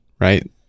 right